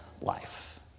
life